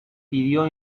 pidió